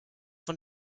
von